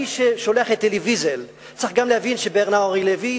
מי ששולח את אלי ויזל צריך להבין שברנאר אנרי לוי,